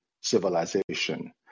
civilization